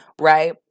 right